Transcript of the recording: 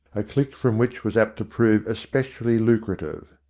a click from which was apt to prove especially lucrative.